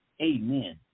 Amen